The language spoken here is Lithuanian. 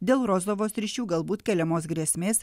dėl rozovos ryšių galbūt keliamos grėsmės